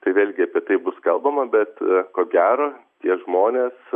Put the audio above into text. tai vėlgi apie tai bus kalbama bet ko gero tie žmonės